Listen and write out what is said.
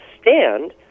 stand